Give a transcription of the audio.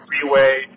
freeway